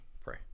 pray